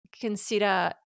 consider